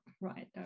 right